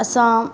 असां